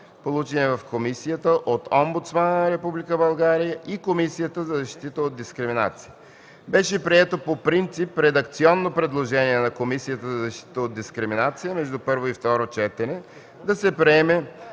получени в комисията от Омбудсмана на Република България и Комисията за защита от дискриминация. Беше прието по принцип редакционно предложение на Комисията за защита от дискриминация между първо и второ четене да се приеме